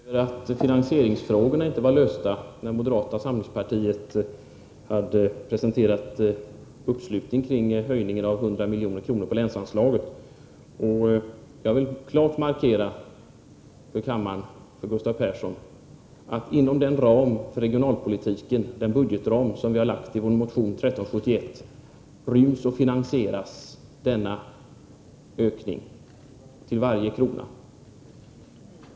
Fru talman! Gustav Persson ondgör sig över att finansieringsfrågorna inte var lösta när moderata samlingspartiet slöt upp kring höjningen med 100 milj.kr. på länsanslaget. Jag vill klart markera för kammaren och för Gustav Persson att inom den budgetram för regionalpolitiken som vi föreslagit i motion 1371 ryms och finansieras denna ökning till varje krona.